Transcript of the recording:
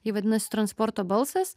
ji vadinasi transporto balsas